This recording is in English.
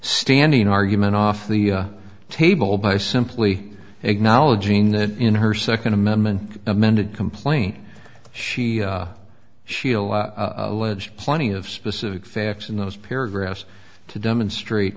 standing argument off the table by simply acknowledging that in her second amendment amended complaint she she alleged plenty of specific facts in those paragraphs to demonstrate